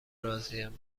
راضیم